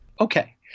Okay